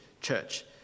church